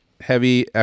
heavy